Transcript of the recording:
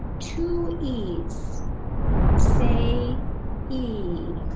two e's say e.